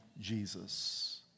Jesus